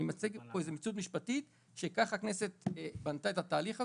אני מציג פה מציאות משפטית שכך הכנסת בנתה את התהליך הזה,